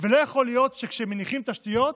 ולא יכול להיות שכשמניחים תשתיות,